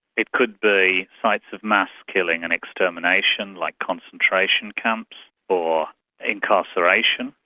it could be sites of mass killing and extermination like concentration camps or incarceration.